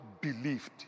believed